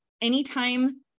anytime